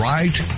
Right